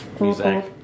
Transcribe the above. music